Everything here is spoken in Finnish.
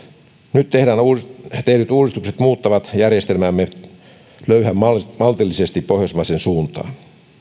nyt tehdyt uudistukset muuttavat järjestelmäämme löyhän maltillisesti pohjoismaiseen suuntaan